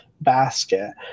basket